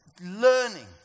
learning